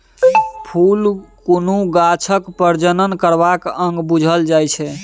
फुल कुनु गाछक प्रजनन करबाक अंग बुझल जाइ छै